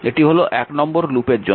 এটি হল 1 নম্বর লুপের জন্য